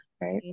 right